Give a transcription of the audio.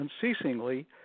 unceasingly